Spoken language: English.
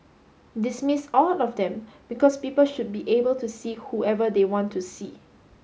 dismiss all of them because people should be able to see whoever they want to see